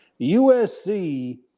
USC